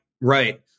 Right